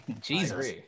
Jesus